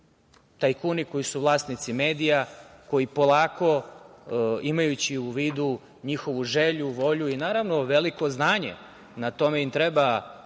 Tajkuni koji su vlasnici medija koji polako, imajući u vidu njihovu želju, volju i naravno veliko znanje, na tome im treba,